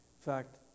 fact